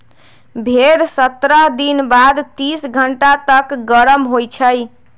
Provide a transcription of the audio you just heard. भेड़ सत्रह दिन बाद तीस घंटा तक गरम होइ छइ